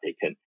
taken